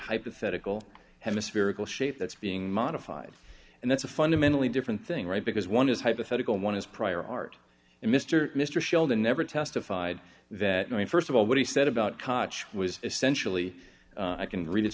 hypothetical hemispherical shape that's being modified and that's a fundamentally different thing right because one is hypothetical one is prior art and mr mr sheldon never testified that i mean st of all what he said about cotch was essentially i can read i